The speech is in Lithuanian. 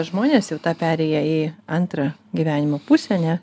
žmonės jau tą perėję į antrą gyvenimo pusę ane